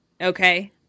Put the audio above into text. Okay